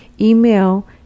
email